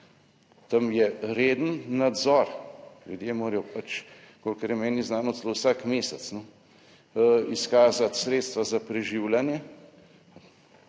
tam je reden nadzor, ljudje morajo pač, kolikor je meni znano, celo vsak mesec izkazati sredstva za preživljanje